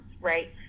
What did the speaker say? right